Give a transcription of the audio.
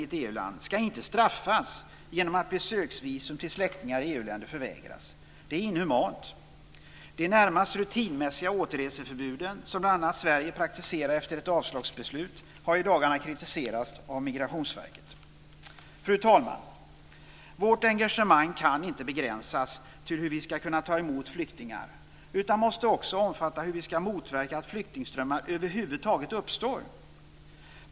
EU-land ska inte straffas genom att besöksvisum till släktingar i EU-länderna förvägras. Det är inhumant. De närmast rutinmässiga återreseförbuden, som bl.a. Sverige praktiserar efter ett avslagsbeslut, har i dagarna kritiserats av Migrationsverket. Fru talman! Vårt engagemang kan inte begränsas till hur vi ska kunna ta emot flyktingar utan måste också omfatta hur vi ska motverka att flyktingströmmar över huvud taget uppstår.